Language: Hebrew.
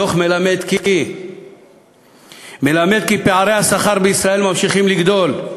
הדוח מלמד כי פערי השכר בישראל ממשיכים לגדול,